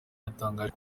yatangaje